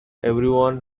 everyone